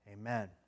amen